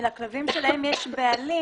אלא כלבים שלהם יש בעלים